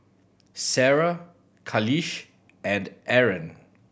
Sarah Khalish and Aaron